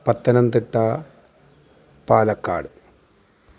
Pathanamthitta Palakkad